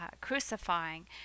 crucifying